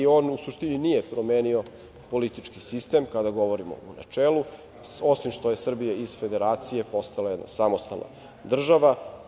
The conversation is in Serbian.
U suštini, on nije promenio politički sistem, kada govorimo u načelu, osim što je Srbija iz federacije postala jedna samostalna država.